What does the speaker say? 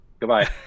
Goodbye